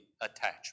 attachment